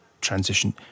transition